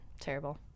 terrible